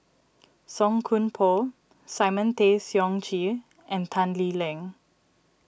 Song Koon Poh Simon Tay Seong Chee and Tan Lee Leng